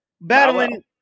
battling